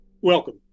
Welcome